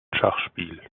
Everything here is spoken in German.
schachspiel